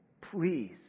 please